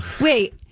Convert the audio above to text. Wait